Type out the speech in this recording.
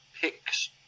picks